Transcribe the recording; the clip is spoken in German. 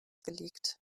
gelegt